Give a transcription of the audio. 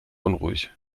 unruhig